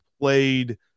played